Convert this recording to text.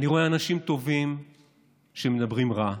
אני רואה אנשים טובים שמדברים רעה.